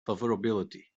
favorability